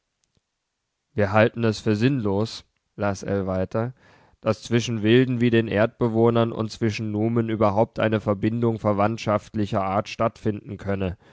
wir halten es für sinnlos las ell weiter daß zwischen wilden wie den erdbewohnern und zwischen numen überhaupt eine verbindung verwandtschaftlicher art stattfinden könne